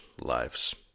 lives